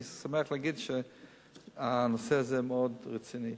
אני שמח להגיד שהנושא הזה מאוד רציני.